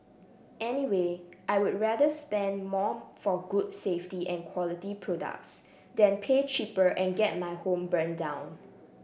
anyway I'll rather spend more for good safety and quality products than pay cheaper and get my home burnt down